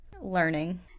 learning